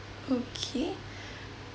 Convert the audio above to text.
okay